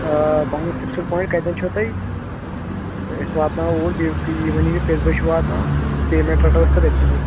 آ پنُن fixed point کتیتھ چھُو تۄہہِ أسۍ واتناوو اوٗر بیٚیہِ ؤنِو یہِ کٔژِ بجہِ چھُ واتناوُن تہٕ پیمینٹ رٔٹو أسۍ تیٚلہِ أتتھنٕے